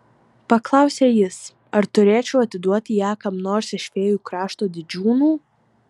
paklausė jis ar turėčiau atiduoti ją kam nors iš fėjų krašto didžiūnų